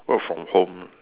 work from home